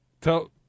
tell